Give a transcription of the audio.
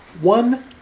One